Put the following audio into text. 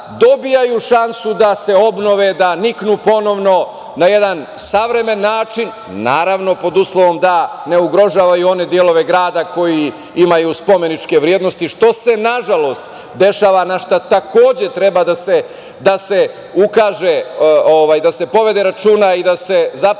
dobijaju šansu da se obnove, da niknu ponovo na jedan savremen način, naravno pod uslovom da ne ugrožavaju one delove grada koji imaju spomeničke vrednosti, što se nažalost dešava, na šta takođe treba da se ukaže, da se povede računa i da se zapravo